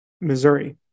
Missouri